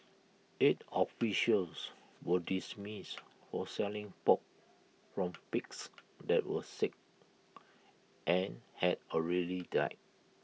eight officials were dismissed for selling pork from pigs that were sick and had already died